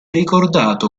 ricordato